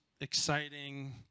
exciting